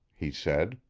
he said.